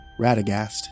Radagast